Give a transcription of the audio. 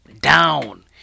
Down